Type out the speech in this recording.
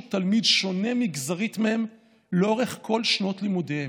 תלמיד שונה מגזרית מהם לאורך כל שנות לימודיהם.